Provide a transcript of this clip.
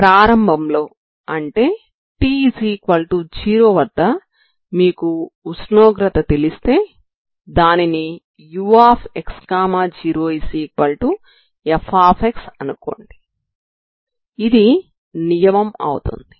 ప్రారంభంలో అంటే t0 వద్ద మీకు ఉష్ణోగ్రత తెలిస్తే దానిని ux0f అనుకోండి ఇది నియమం అవుతుంది